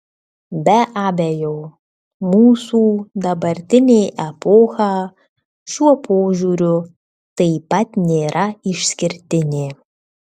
be abejo mūsų dabartinė epocha šiuo požiūriu taip pat nėra išskirtinė